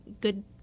good